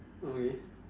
okay